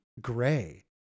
gray